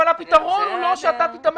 אבל הפתרון הוא לא שאתה תתאמץ.